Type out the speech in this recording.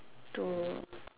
to